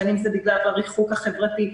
בין בגלל הריחוק החברתי,